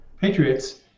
patriots